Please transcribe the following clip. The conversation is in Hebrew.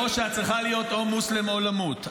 או שאת צריכה להיות או מוסלם או למות.